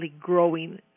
growing